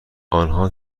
آنها